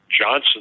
Johnson